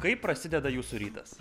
kaip prasideda jūsų rytas